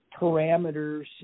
parameters